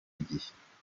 igihe